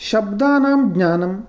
शब्दानां ज्ञानम्